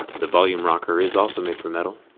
that volume rocker is also made from metal.